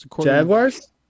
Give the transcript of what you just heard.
Jaguars